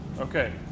Okay